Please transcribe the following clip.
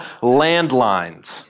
landlines